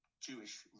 Jewish